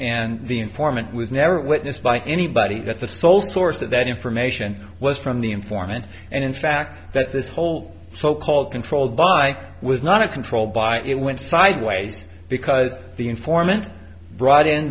and the informant was never witnessed by anybody that the sole source of that information was from the informant and in fact that this whole so called controlled by was not a controlled by it went sideways because the informant brought in